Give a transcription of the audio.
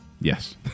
Yes